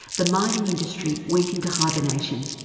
the mining industry went into hibernation.